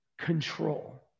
control